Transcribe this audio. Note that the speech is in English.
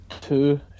two